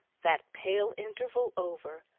that pale interval over,